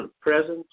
presence